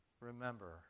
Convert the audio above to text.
Remember